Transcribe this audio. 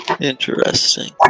Interesting